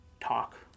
talk